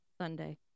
sunday